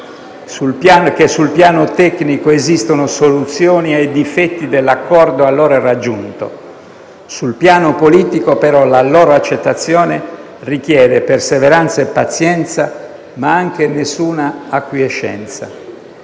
che sul piano tecnico esistono soluzioni ai difetti dell'accordo allora raggiunto. Sul piano politico, però, la loro accettazione richiede perseveranza e pazienza ma anche nessuna acquiescenza: